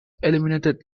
eliminated